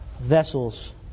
vessels